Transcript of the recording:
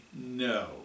no